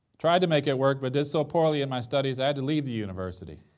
tried to make it work but did so poorly in my studies i had to leave the university.